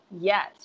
Yes